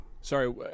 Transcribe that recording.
Sorry